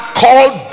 called